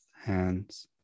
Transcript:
hands